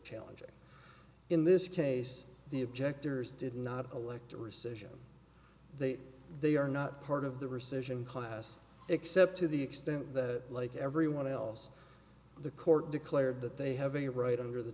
challenging in this case the objectors did not elect a rescission they they are not part of the rescission class except to the extent that like everyone else the court declared that they have a right under the